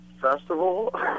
festival